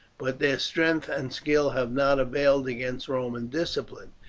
but their strength and skill have not availed against roman discipline.